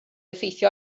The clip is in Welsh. effeithio